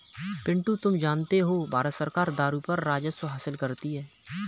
पिंटू तुम जानते हो भारत सरकार दारू पर राजस्व हासिल करती है